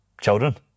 children